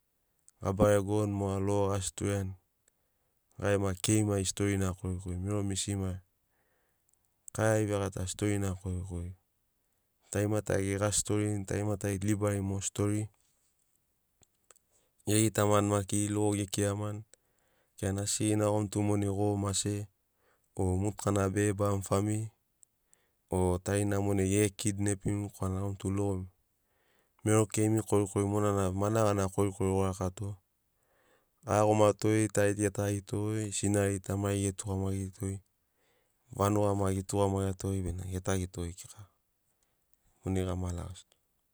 Gabaregoni moga logo ga storiani gai gema keimai storina korikori mero misima kaivegata storina korikori tarima tari geri ga storini tarima tari tu libari mo stori gegitamani maki logo ge kiramani ge kirani asigina gomi tu monai goro mase o motukana bere bamifami o tarina monai gere kidnepimi korana gomi tu logo mero keimi korikori monana managana korikori go rakato. Ga iagomato tari tu ge tagito goi sinari tamari ge tugamagirito goi vanuga ma getugamagiato goi bena ge tagito goi keka monai gama lagasito.